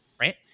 right